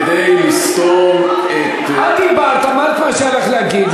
כדי לסתום את, את דיברת, אמרת מה שהיה לך להגיד.